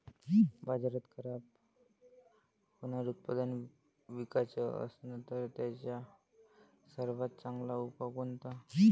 बाजारात खराब होनारं उत्पादन विकाच असन तर त्याचा सर्वात चांगला उपाव कोनता?